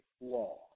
law